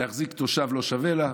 להחזיק תושב לא שווה לה,